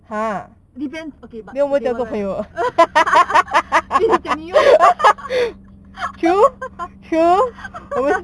depends but okay 你讲你有